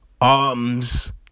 arms